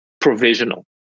provisional